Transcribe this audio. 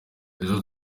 izo